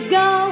go